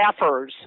staffers